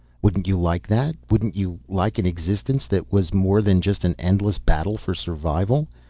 wouldn't you like that? wouldn't you like an existence that was more than just an endless battle for survival?